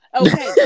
okay